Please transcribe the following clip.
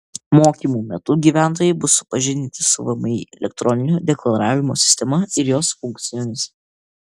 mokymų metu gyventojai bus supažindinti su vmi elektroninio deklaravimo sistema ir jos funkcijomis